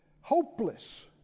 hopeless